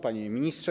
Panie Ministrze!